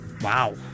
Wow